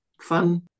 fun